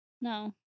no